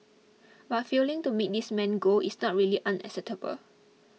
but failing to meet this main goal is not really unacceptable